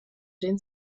den